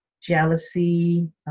jealousy